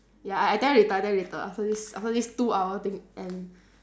ya I I tell you later I tell you later after this after this two hour thing end